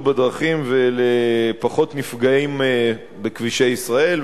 בדרכים ולפחות נפגעים בכבישי ישראל,